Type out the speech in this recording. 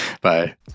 Bye